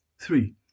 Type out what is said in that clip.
Three